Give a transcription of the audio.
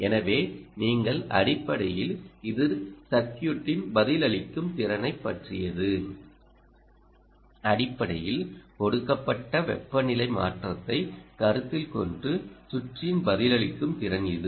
எனவே நீங்கள் அடிப்படையில் இது சர்க்யூட்டின் பதிலளிக்கும் திறனைப் பற்றியது அடிப்படையில் கொடுக்கப்பட்ட வெப்பநிலை மாற்றத்தைக் கருத்தில் கொண்டு சுற்றின் பதிலளிக்கும் திறன் இது